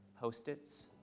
post-its